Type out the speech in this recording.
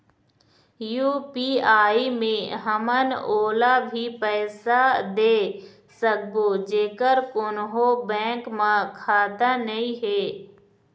UPI मे हमन ओला भी पैसा दे सकबो जेकर कोन्हो बैंक म खाता नई हे?